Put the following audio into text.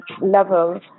level